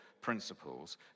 principles